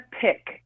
pick